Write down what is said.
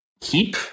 keep